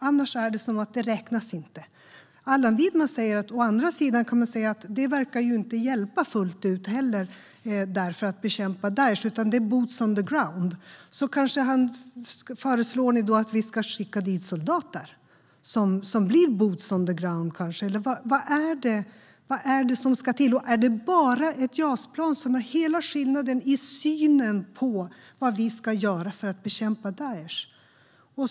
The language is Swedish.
Annars är det som att det inte räknas. Allan Widman påpekar att man å andra sidan kan säga att det heller inte verkar hjälpa fullt ut när det gäller att bekämpa Daesh, utan det handlar om boots on the ground. Föreslår ni då kanske att vi ska skicka dit soldater som blir boots on the ground, eller vad är det som ska till? Är det bara ett JAS-plan som är hela skillnaden i synen på vad vi ska göra för att bekämpa Daesh?